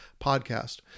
podcast